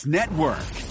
Network